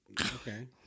Okay